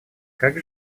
как